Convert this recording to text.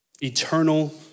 Eternal